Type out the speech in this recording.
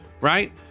right